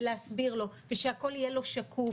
ולהסביר לו ושהכול יהיה לו שקוף.